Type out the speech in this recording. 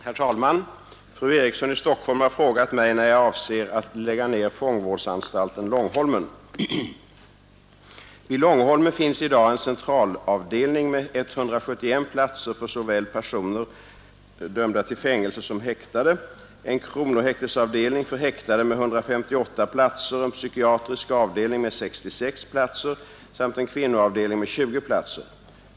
Herr talman! Fru Eriksson i Stockholm har frågat mig när jag avser att lägga ner fångvårdsanstalten Långholmen. Vid Långholmen finns i dag en centralavdelning med 171 platser för såväl personer dömda till fängelse som häktade, en kronohäktesavdelning för häktade med 158 platser, en psykiatrisk avdelning med 66 platser samt en kvinnoavdelning med 20 platser.